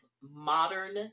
modern